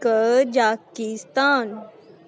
ਕ ਜਾਕੀਸਤਾਨ